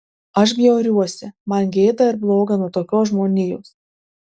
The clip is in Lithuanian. aš bjauriuosi man gėda ir bloga nuo tokios žmonijos